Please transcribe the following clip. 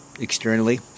externally